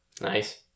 Nice